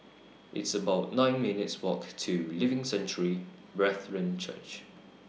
It's about nine minutes' Walk to Living Sanctuary Brethren Church